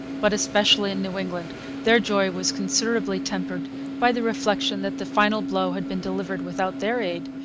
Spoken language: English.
but, especially in new england, their joy was considerably tempered by the reflection that the final blow had been delivered without their aid,